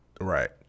Right